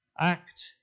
act